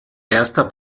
erster